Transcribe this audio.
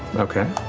okay.